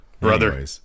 brother